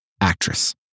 Actress